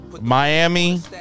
Miami